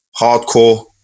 hardcore